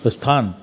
आस्थानु